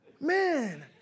Man